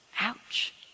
Ouch